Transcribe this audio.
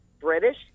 british